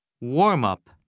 Warm-up